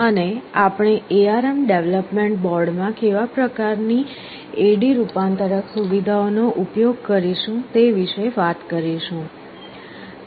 અને આપણે ARM development બોર્ડમાં કેવા પ્રકારની AD રૂપાંતરક સુવિધાઓનો ઉપયોગ કરીશું તે વિશે વાત કરીશું